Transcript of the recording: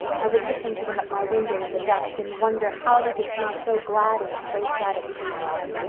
i would listen to them at my window in the dusk, and wonder how they could seem so glad and so sad at the same time.